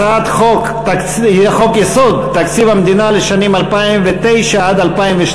הצעת חוק-יסוד: תקציב המדינה לשנים 2009 עד 2012